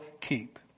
keep